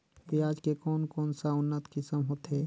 पियाज के कोन कोन सा उन्नत किसम होथे?